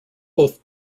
both